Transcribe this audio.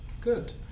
Good